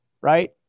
right